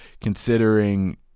considering